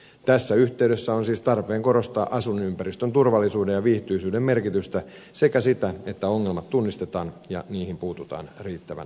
tässä yhteydessä on siis tarpeen korostaa asuinympäristön turvallisuuden ja viihtyisyyden merkitystä sekä sitä että ongelmat tunnistetaan ja niihin puututaan riittävän ajoissa